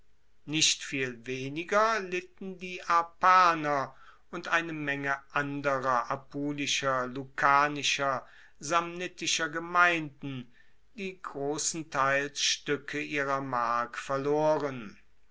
nicht viel weniger litten die arpaner und eine menge anderer apulischer lucanischer samnitischer gemeinden die grossenteils stuecke ihrer mark verloren